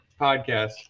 podcast